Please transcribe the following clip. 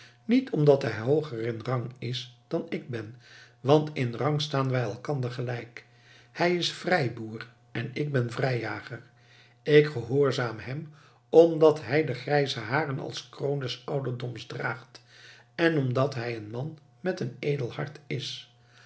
niet omdat hij hooger in rang is dan ik ben want in rang staan wij elkander gelijk hij is vrijboer en ik ben vrijjager ik gehoorzaam hem omdat hij de grijze haren als kroon des ouderdoms draagt en omdat hij een man met een edel hart is